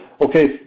okay